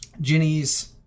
Ginny's